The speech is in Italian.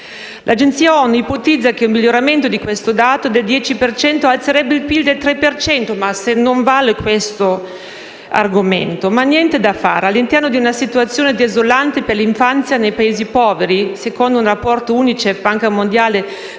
L'Agenzia ONU ipotizza che un miglioramento di questo dato del 10 per cento alzerebbe il PIL del 3 per cento, ma questo argomento non vale, niente da fare; all'interno di una situazione desolante per l'infanzia nei Paesi poveri - secondo un rapporto Unicef-Banca mondiale,